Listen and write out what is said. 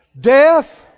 Death